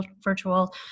virtual